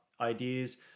ideas